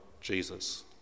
Jesus